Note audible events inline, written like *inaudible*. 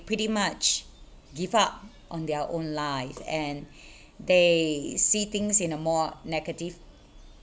pretty much give up on their own life and *breath* they see things in a more negative